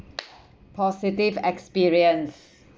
positive experience